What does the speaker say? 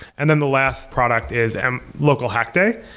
and then the last product is and local hack day.